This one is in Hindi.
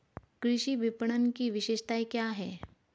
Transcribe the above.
कृषि विपणन की विशेषताएं क्या हैं?